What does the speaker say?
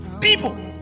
people